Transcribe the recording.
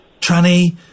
tranny